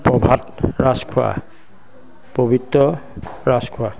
Prabhat Rajkhowa Pabitra Rajkhowa